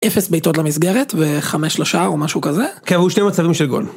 אפס בעיטות למסגרת וחמש לשער או משהו כזה. כן היו שתי מצבים של גול.